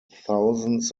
thousands